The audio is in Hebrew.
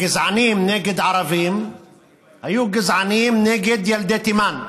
הגזענים נגד ערבים היו גזענים נגד ילדי תימן,